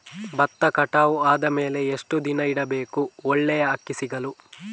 ಭತ್ತ ಕಟಾವು ಆದಮೇಲೆ ಎಷ್ಟು ದಿನ ಇಡಬೇಕು ಒಳ್ಳೆಯ ಅಕ್ಕಿ ಸಿಗಲು?